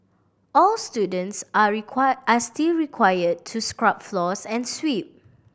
all students are require are still require to scrub floors and sweep